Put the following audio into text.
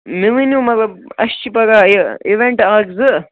مےٚ ؤنِو مطلب اَسہِ چھِ پگاہ یہِ اِوٮ۪نٛٹ اَکھ زٕ